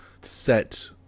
set